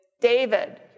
David